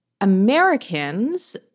Americans